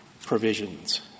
provisions